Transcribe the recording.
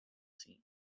team